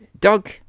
Doug